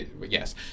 Yes